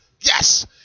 Yes